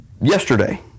yesterday